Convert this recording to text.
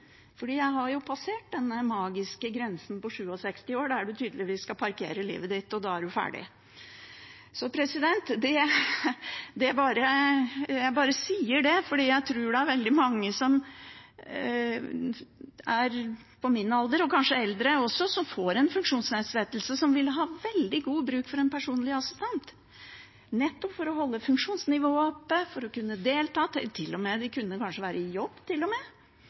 jeg har passert denne magiske grensa på 67 år, der man tydeligvis skal parkere livet sitt – da er man ferdig. Jeg bare sier det, for jeg tror det er veldig mange som er på min alder og kanskje eldre også, som får en funksjonsnedsettelse, og som vil ha veldig god bruk for en personlig assistent, nettopp for å holde funksjonsnivået oppe, for å kunne delta og kanskje til og med være i jobb.